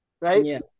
Right